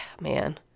man